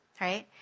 right